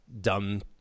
dumb